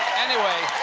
anyway,